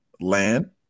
land